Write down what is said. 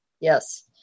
yes